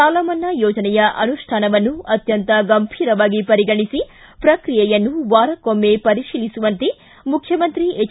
ಸಾಲಮನ್ನಾ ಯೋಜನೆಯ ಅನುಷ್ಠಾನವನ್ನು ಅತ್ಯಂತ ಗಂಭೀರವಾಗಿ ಪರಿಗಣೆಸಿ ಪ್ರಕ್ರಿಯೆಯನ್ನು ವಾರಕ್ಕೊಮ್ನ ಪರಿಶೀಲಿಸುವಂತೆ ಮುಖ್ಚಮಂತ್ರಿ ಎಚ್